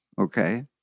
okay